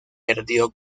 perdió